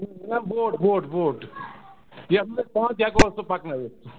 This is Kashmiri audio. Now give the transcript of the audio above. نہ بوٹ بوٹ بوٹ یَتھ منٛز أسۍ پانہٕ تہِ ہٮ۪کو سُہ پَکنٲیِتھ